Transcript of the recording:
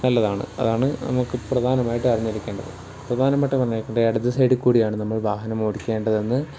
നല്ലതാണ് അതാണ് നമുക്ക് പ്രധാനമായിട്ട് അറിഞ്ഞിരിക്കേണ്ടത് പ്രധാനമായിട്ടും അറിഞ്ഞിരിക്കേണ്ടത് ഇടത് സൈഡിൽക്കൂടിയാണ് നമ്മൾ വാഹനം ഓടിക്കേണ്ടതെന്ന്